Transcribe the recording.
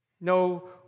No